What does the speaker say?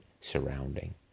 surrounding